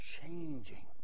changing